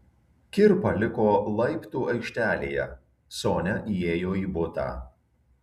kirpa liko laiptų aikštelėje sonia įėjo į butą